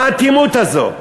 מה האטימות הזאת?